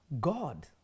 God